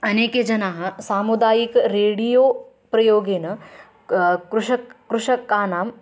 अनेके जनाः सामुदायिक रेडियो प्रयोगेन कृषकाः कृषकानां